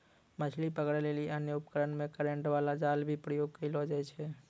मछली पकड़ै लेली अन्य उपकरण मे करेन्ट बाला जाल भी प्रयोग करलो जाय छै